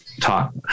talk